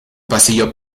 pasillo